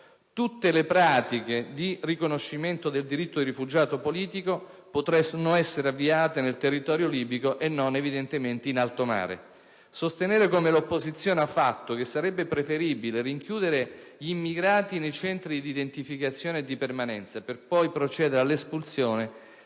tutte le pratiche di riconoscimento del diritto del rifugiato politico potranno essere avviate nel territorio libico e non in alto mare. Sostenere, come ha fatto l'opposizione, che sarebbe preferibile rinchiudere gli immigrati nei centri di identificazione e permanenza per poi procedere all'espulsione